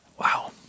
Wow